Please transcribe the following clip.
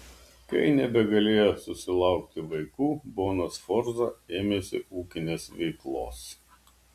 kai nebegalėjo susilaukti vaikų bona sforza ėmėsi ūkinės veiklos